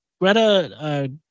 Greta